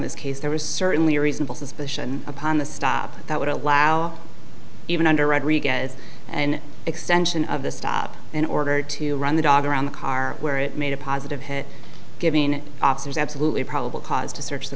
this case there was certainly reasonable suspicion upon the stop that would allow even under rodriguez an extension of the stop in order to run the dog around the car where it made a positive hit giving officers absolutely probable cause to search the